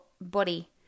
body